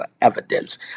evidence